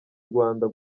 rwanda